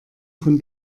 von